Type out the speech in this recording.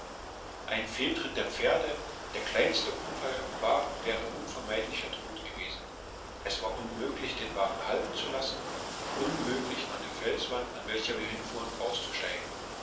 ein fehltritt der pferde der kleinste unfall am wagen wäre unvermeidlicher tod gewesen es war unmöglich den wagen halten zu lassen unmöglich an der felsenwand an welcher wir hinfuhren auszusteigen